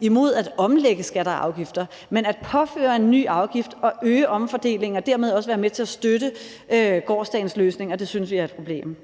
imod at omlægge skatter og afgifter – men at påføre en ny afgift og øge omfordelingen og dermed også være med til at støtte gårsdagens løsninger synes vi er et problem.